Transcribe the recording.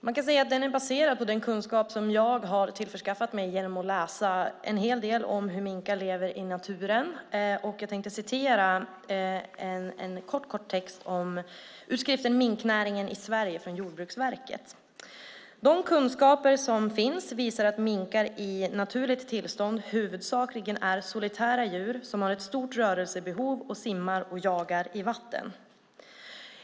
Man kan säga att den är baserad på den kunskap jag har tillskansat mig genom att läsa en hel del om hur minkar lever i naturen, och jag tänkte läsa en kort bit ur skriften Minknäringen i Sverige från Jordbruksverket: De kunskaper som finns visar att minkar i naturligt tillstånd huvudsakligen är solitära djur som har ett stort rörelsebehov och simmar och jagar i vatten.